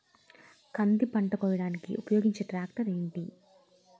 కంది పంట కోయడానికి ఉపయోగించే ట్రాక్టర్ ఏంటి?